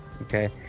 okay